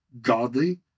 godly